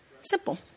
Simple